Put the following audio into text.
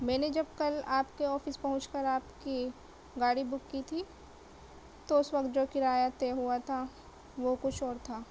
میں نے جب کل آپ کے آفس پہنچ کر آپ کی گاڑی بک کی تھی تو اس وقت جو کرایہ طے ہوا تھا وہ کچھ اور تھا